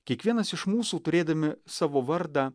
kiekvienas iš mūsų turėdami savo vardą